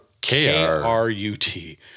k-r-u-t